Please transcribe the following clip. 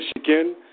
Michigan